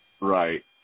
Right